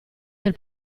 del